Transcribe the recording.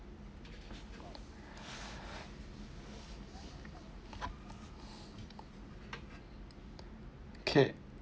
okay